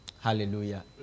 Hallelujah